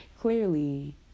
clearly